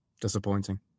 Disappointing